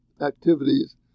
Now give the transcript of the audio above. activities